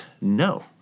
No